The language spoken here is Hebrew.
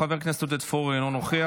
חבר הכנסת עודד פורר, אינו נוכח.